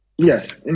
Yes